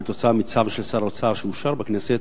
כתוצאה מצו של שר האוצר שאושר בכנסת,